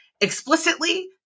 explicitly